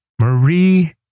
Marie